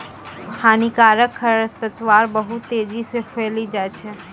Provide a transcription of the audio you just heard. हानिकारक खरपतवार बहुत तेजी से फैली जाय छै